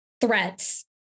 threats